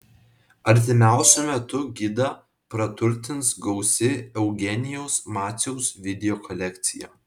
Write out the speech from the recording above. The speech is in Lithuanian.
artimiausiu metu gidą praturtins gausi eugenijaus maciaus video kolekcija